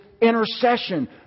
intercession